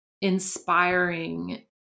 inspiring